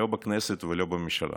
לא בכנסת ולא בממשלה